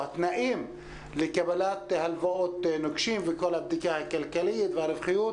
או התנאים לקבלת הלוואות וכל הבדיקה הכלכלית והרווחיות,